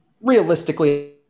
realistically